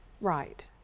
right